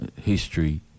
History